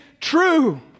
true